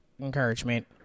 encouragement